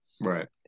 right